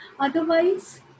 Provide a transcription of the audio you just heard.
Otherwise